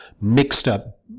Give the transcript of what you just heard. mixed-up